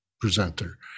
presenter